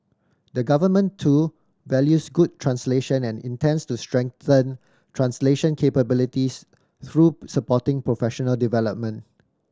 the Government too values good translation and intends to strengthen translation capabilities through supporting professional development